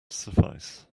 suffice